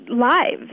lives